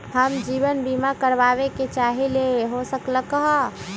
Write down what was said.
हम जीवन बीमा कारवाबे के चाहईले, हो सकलक ह?